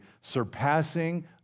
surpassing